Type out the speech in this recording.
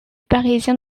parisien